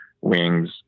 wings